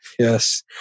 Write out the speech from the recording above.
Yes